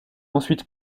ensuite